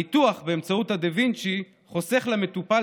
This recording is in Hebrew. הניתוח באמצעות דה וינצ'י חוסך למטופל